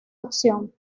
opción